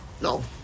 No